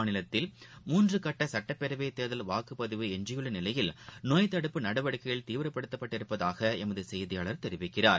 மாநிலத்தில் மூன்றுகட்டசுட்டப்பேரவைதேர்தல் வாக்குப்பதிவு எஞ்சியுள்ளநிலையில் நோய்த்தடுப்பு நடவடிக்கைகள் தீவிரப்படுத்தப் பட்டுள்ளதாகஎமதுசெய்தியாளர் தெரிவிக்கிறார்